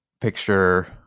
picture